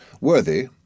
worthy